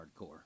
hardcore